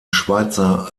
schweizer